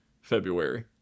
February